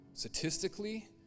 statistically